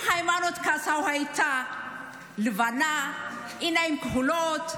אם היימנוט קסאו הייתה לבנה, עיניים כחולות,